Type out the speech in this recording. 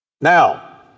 Now